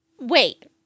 Wait